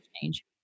change